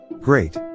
Great